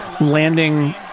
landing